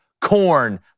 corn